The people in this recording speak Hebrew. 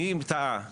מי טעה?